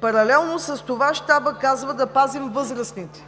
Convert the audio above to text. Паралелно с това Щабът казва да пазим възрастните,